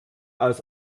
aus